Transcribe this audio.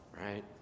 right